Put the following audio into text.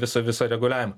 visą visą reguliavimą